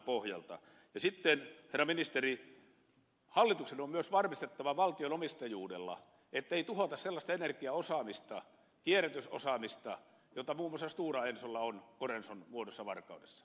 sitten herra ministeri hallituksen on myös varmistettava valtion omistajuudella ettei tuhota sellaista energiaosaamista kierrätysosaamista jota muun muassa stora ensolla on corenson muodossa varkaudessa